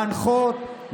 להנחות,